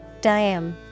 Diam